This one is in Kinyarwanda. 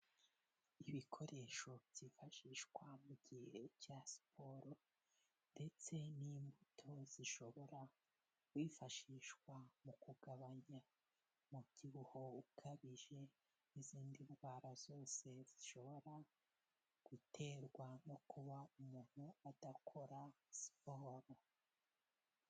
ibikoresho byifashishwa mu gihe cya siporo ndetse n'imbuto zishobora kwifashishwa mu kugabanya umubyibuho ukabije, n'izindi ndwara zose zishobora guterwa no kuba umuntu adakora siporo.